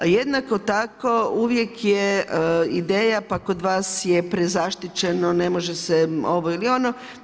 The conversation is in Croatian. A jednako tako uvijek je ideja pa kod vas je prezaštićeno, ne može se ovo ili ono.